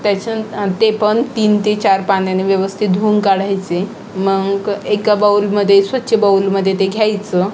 त्याचन ते पण तीन ते चार पाण्याने व्यवस्थित धुऊन काढायचे मग एका बाऊलमध्ये स्वच्छ बाऊलमध्ये ते घ्यायचं